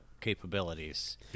capabilities